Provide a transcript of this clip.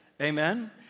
Amen